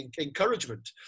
encouragement